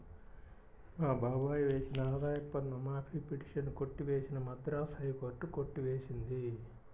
మా బాబాయ్ వేసిన ఆదాయపు పన్ను మాఫీ పిటిషన్ కొట్టివేసిన మద్రాస్ హైకోర్టు కొట్టి వేసింది